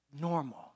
normal